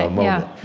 um yeah